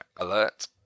alert